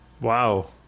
Wow